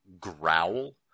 growl